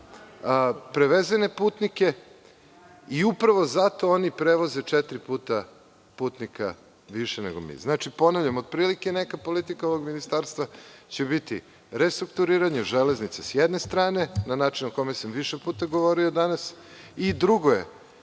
prevezene putnike. Upravo zato oni prevoze četiri puta više putnika nego mi. Ponavljam, otprilike neka politika ovog ministarstva će biti restrukturiranje železnica s jedne strane, na način o kome sam više puta govorio danas i drugo je